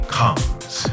comes